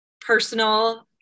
personal